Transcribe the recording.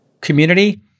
community